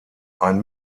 ein